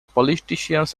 politicians